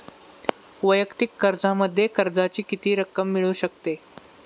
वैयक्तिक कर्जामध्ये कर्जाची किती रक्कम मिळू शकते?